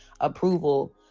approval